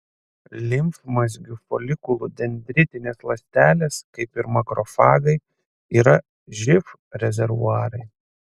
limfmazgių folikulų dendritinės ląstelės kaip ir makrofagai yra živ rezervuarai